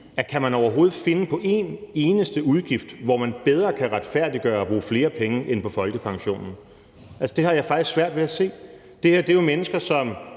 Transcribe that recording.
Kan man overhovedet finde på en eneste udgift, hvor man bedre kan retfærdiggøre at bruge flere penge, end på folkepensionen? Det har jeg faktisk svært ved at se. Det her er jo mennesker,